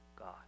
God